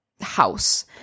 house